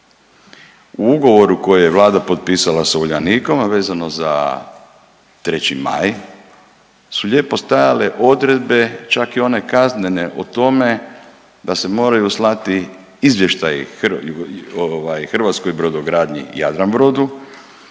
U ugovoru koji je vlada potpisala sa Uljanikom, a vezano za 3. Maj su lijepo stajale odredbe čak i one kaznene o tome da se moraju slati izvještaji hrvatskoj brodogradnji Jadranbrodu